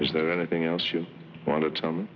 is there anything else you want to tell me